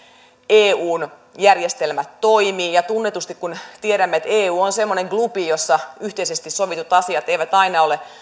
eun järjestelmät toimivat ja tunnetusti kun tiedämme eu on semmoinen klubi jossa yhteisesti sovitut asiat eivät aina ole